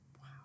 Wow